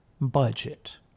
budget